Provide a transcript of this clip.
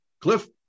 Cliff